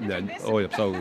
ne oi apsaugok